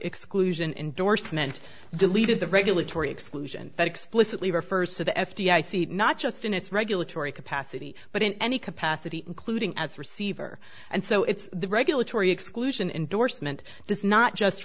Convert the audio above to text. exclusion indorsement deleted the regulatory exclusion that explicitly refers to the f d i c not just in its regulatory capacity but in any capacity including as a receiver and so it's the regulatory exclusion indorsement does not just